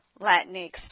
Latinx